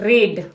Read